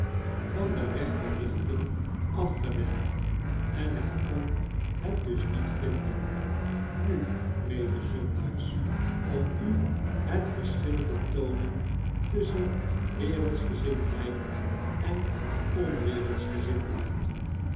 van de rechte richting afgewend en hy kon het dus niet vinden nu medezondaars om u het verschil te toonen tusschen wereldschgezindheid en onwereldschgezindheid